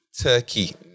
Turkey